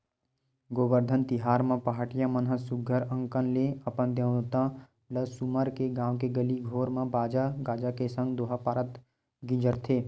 गोबरधन तिहार म पहाटिया मन ह सुग्घर अंकन ले अपन देवता ल सुमर के गाँव के गली घोर म बाजा गाजा के संग दोहा पारत गिंजरथे